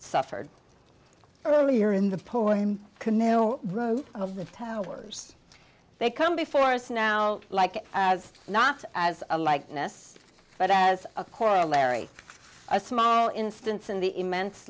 suffered earlier in the poem kamil room of the towers they come before us now like as not as a likeness but as a corollary a small instance in the immense